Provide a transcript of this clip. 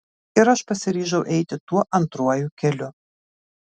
ir aš pasiryžau eiti tuo antruoju keliu